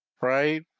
right